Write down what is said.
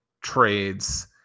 trades